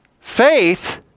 faith